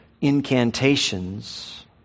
incantations